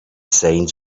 signs